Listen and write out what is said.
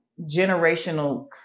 generational